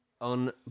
On